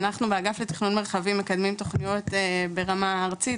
אנחנו באגף לתכנון מרחבי מקדמים תוכניות ברמה ארצית,